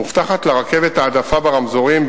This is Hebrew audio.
מובטחת לרכבת העדפה ברמזורים,